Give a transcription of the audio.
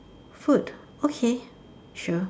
food okay sure